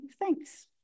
thanks